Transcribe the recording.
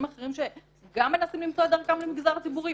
אחרים שגם מנסים למצוא את דרכם במגזר הציבורי?